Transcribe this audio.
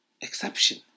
exception